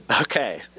Okay